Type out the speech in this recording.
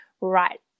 right